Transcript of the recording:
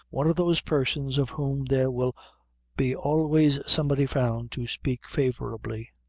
one of those persons of whom there will be always somebody found to speak favorably.